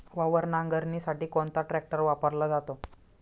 वावर नांगरणीसाठी कोणता ट्रॅक्टर वापरला जातो?